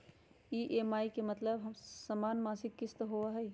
EMI के मतलब समान मासिक किस्त होहई?